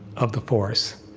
of the force.